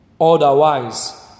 otherwise